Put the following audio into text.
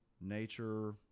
nature-